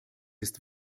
ist